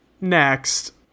Next